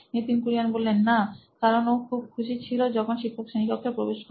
Nitin Kurian C O O নোইন electronics না কারণ ও খুব খুশি ছিল যখন শিক্ষক শ্রেণীকক্ষে প্রবেশ করেন তাই